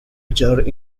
luchador